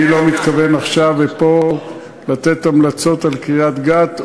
אני לא מתכוון עכשיו ופה לתת המלצות על קריית-גת,